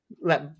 let